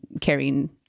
carrying